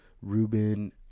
ruben